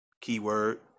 keyword